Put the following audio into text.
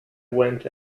went